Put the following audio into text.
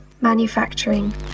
manufacturing